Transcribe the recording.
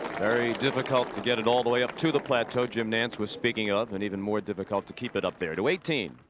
very difficult to get it all the way up to the plateau. jim nance was speaking of and even more difficult to keep it up there. to eighteen.